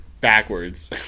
backwards